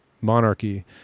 monarchy